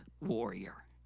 warrior